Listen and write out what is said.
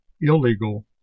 illegal